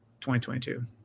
2022